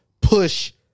push